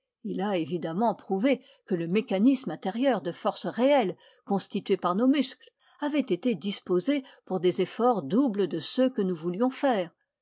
il a évidemment prouvé que le mécanisme intérieur de forces réelles constitué par nos muscles avait été disposé pour des efforts doubles de ceux que nous voulions faire